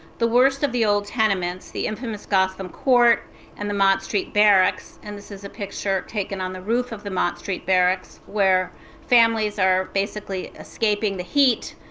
the worst of the old tenements, the infamous gotham court and the mott street barracks, and this is a picture taken on the roof of the mott street barracks where families are basically escaping the heat